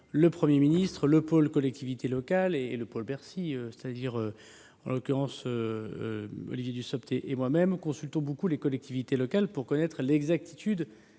le Premier ministre, le pôle collectivités locales et le pôle Bercy, en l'occurrence Olivier Dussopt et moi-même, consultons beaucoup les collectivités locales pour connaître précisément